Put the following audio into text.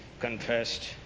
confessed